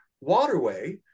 waterway